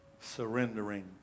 surrendering